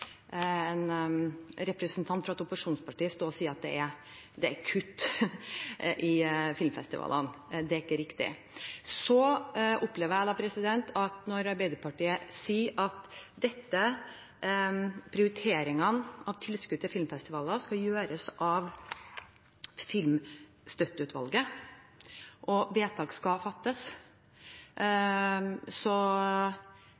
en representant fra et opposisjonsparti stå og si at det er kutt i filmfestivalene. Det er ikke riktig. Jeg opplever at når Arbeiderpartiet sier at prioriteringene av tilskudd til filmfestivaler skal gjøres av Festivalstøtteutvalget, og vedtak skal fattes,